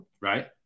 right